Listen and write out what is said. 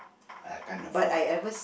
I can't afford